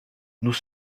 nous